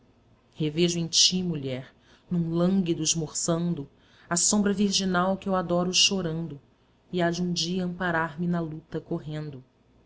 revejo em ti mulher num lânguido smorzando a sombra virginal queu adoro chorando e há de um dia amparar me na luta correndo